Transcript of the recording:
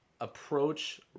Approach